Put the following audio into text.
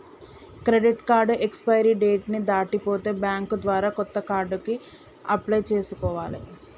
credit card expiry date ని దాటిపోతే bank ద్వారా కొత్త కార్డుకి అప్లై చేసుకోవాలే